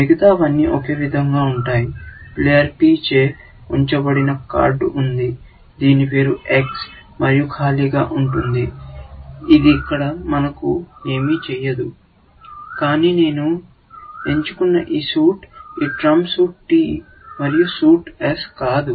మిగతావన్నీ ఒకే విధంగా ఉంటాయి ప్లేయర్ P చే ఉంచబడిన కార్డు ఉంది దీని పేరు X మరియు ఖాళీగా ఉంటుంది ఇది ఇక్కడ మనకు ఏమి చేయదు బాధ కలిగించదు కానీ నేను ఎంచుకున్న ఈ సూట్ ఈ ట్రంప్ సూట్ T మరియు సూట్ S కాదు